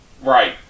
Right